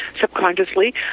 subconsciously